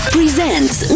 Presents